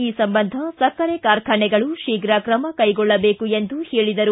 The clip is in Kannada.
ಈ ಸಂಬಂಧ ಸಕ್ಕರೆ ಕಾರ್ಖಾನೆಗಳು ಶೀಪ್ರ ಕ್ರಮ ಕೈಗೊಳ್ಳಬೇಕು ಎಂದು ಹೇಳಿದರು